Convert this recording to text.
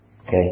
Okay